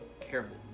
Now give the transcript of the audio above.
careful